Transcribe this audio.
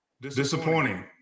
Disappointing